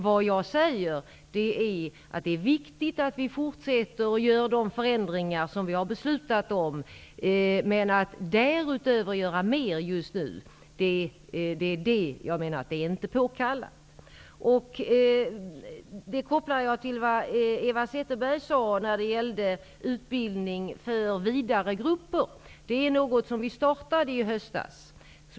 Vad jag säger är att det är viktigt att vi forsätter att genomföra de förändringar som vi har beslutat om. Men att därutöver göra mer just nu är enligt mening inte påkallat. Jag kopplar detta till det som Eva Zetterberg sade om utbildning för fler grupper. Det är någonting som startade i höstas.